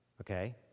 Okay